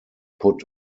put